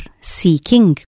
seeking